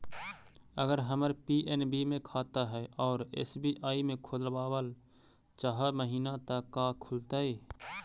अगर हमर पी.एन.बी मे खाता है और एस.बी.आई में खोलाबल चाह महिना त का खुलतै?